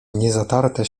niezatarte